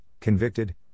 convicted